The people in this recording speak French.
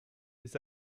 les